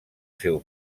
seu